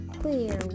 queer